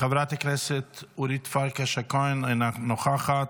חברת הכנסת אורית פרקש הכהן, אינה נוכחת.